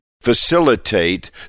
facilitate